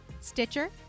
Stitcher